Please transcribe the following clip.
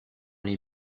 les